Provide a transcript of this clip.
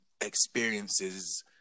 experiences